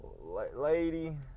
lady